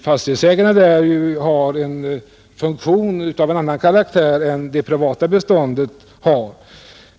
Fastighetsägarna där har ju en funktion av annan karaktär än de privata fastighetsägarna.